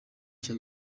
cya